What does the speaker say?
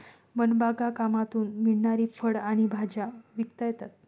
one बागकामातून मिळणारी फळं आणि भाज्या विकता येतात